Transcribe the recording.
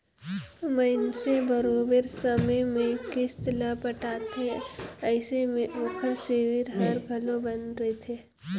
मइनसे बरोबेर समे में किस्त ल पटाथे अइसे में ओकर सिविल हर घलो बने रहथे